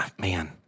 man